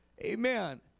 Amen